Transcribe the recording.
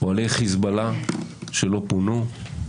אוהלי חיזבאללה שלא פונו,